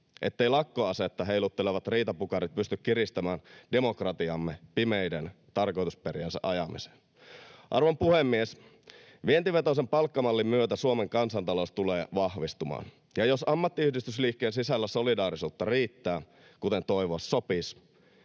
etteivät lakkoasetta heiluttelevat riitapukarit pysty kiristämään demokratiaamme pimeiden tarkoitusperiensä ajamiseen. Arvon puhemies! Vientivetoisen palkkamallin myötä Suomen kansantalous tulee vahvistumaan, ja jos ammattiyhdistysliikkeen sisällä solidaarisuutta riittää, kuten toivoa sopisi,